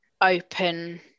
open